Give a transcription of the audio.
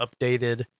updated